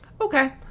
okay